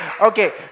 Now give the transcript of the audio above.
Okay